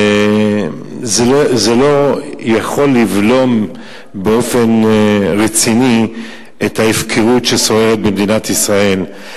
יוכל לבלום באופן רציני את ההפקרות ששוררת במדינת ישראל.